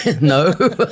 no